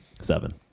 seven